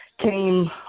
Came